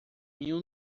mil